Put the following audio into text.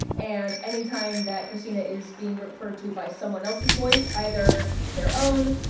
and anytime that kristina is being referred to by someone else's voice, either their own,